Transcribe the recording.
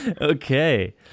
Okay